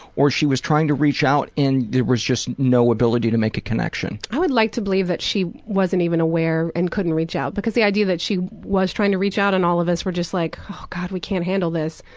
or she was trying to reach out and there was just no ability to make a connection? i would like to think that she just wasn't even aware and couldn't reach out. because the idea that she was trying to reach out and all of us were just like, oh god, we can't handle this,